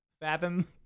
fathom